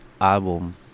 album